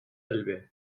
elbe